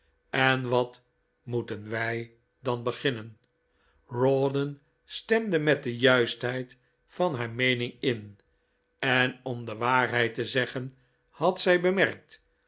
en wat moeten wij dan beginnen rawdon stemde met de juistheid van haar meening in en om de waarheid te zeggen had zij bemerkt